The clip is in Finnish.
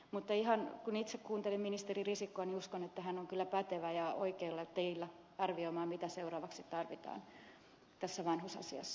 mutta ihan kun itse kuuntelin ministeri risikkoa uskon että hän on kyllä pätevä ja oikeilla teillä arvioimaan mitä seuraavaksi tarvitaan tässä vanhusasiassa